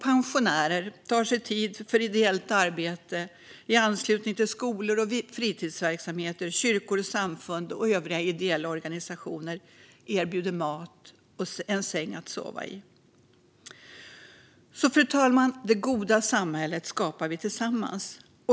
Pensionärer tar sig tid för ideellt arbete i anslutning till skolor och fritidsverksamheter. Kyrkor, samfund och övriga ideella organisationer erbjuder mat och en säng att sova i. Fru talman! Det goda samhället skapar vi tillsammans.